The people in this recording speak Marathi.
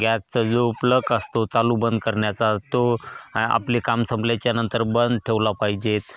गॅसचा जो प्लग असतो चालू बंद करण्याचा तो आपले काम संपल्याच्यानंतर बंद ठेवला पाहिजेत